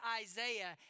Isaiah